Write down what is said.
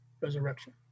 resurrection